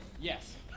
Yes